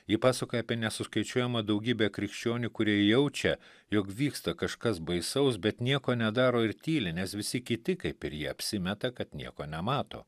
ji pasakoja apie nesuskaičiuojamą daugybę krikščionių kurie jaučia jog vyksta kažkas baisaus bet nieko nedaro ir tyli nes visi kiti kaip ir jie apsimeta kad nieko nemato